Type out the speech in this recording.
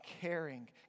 caring